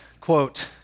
quote